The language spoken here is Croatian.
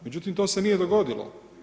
Međutim to se nije dogodilo.